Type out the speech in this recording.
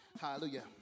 Hallelujah